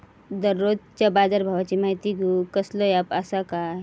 दररोजच्या बाजारभावाची माहिती घेऊक कसलो अँप आसा काय?